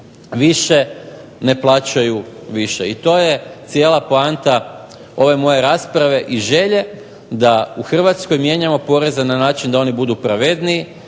više ne plaćaju više. I to je cijela poanta ove moje rasprave i želje da u Hrvatskoj mijenjamo poreza da na način da oni budu pravedniji,